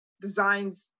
designs